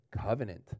covenant